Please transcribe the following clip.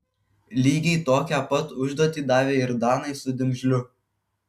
lygiai tokią pat užduotį davė ir danai su dimžliu